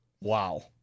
Wow